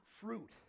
fruit